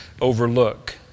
overlook